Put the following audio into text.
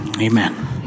Amen